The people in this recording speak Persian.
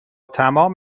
تمام